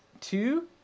two